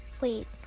Wait